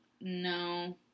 No